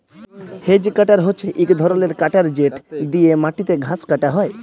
hedge cutter হছে ইক ধরলের কাটার যেট দিঁয়ে মাটিতে ঘাঁস কাটা হ্যয়